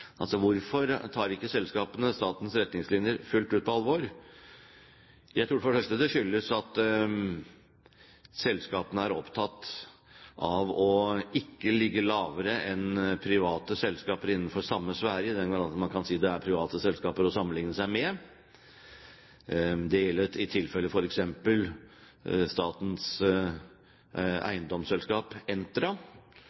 ikke tar statens retningslinjer fullt ut på alvor. Jeg tror for det første det skyldes at selskapene er opptatt av ikke å ligge lavere lederlønnsmessig enn private selskaper innenfor samme sfære – i den grad man kan si det er private selskaper å sammenligne seg med. Det gjelder i tilfelle f.eks. statens